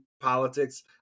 politics